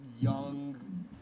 young